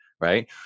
right